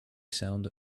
sound